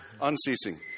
unceasing